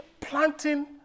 planting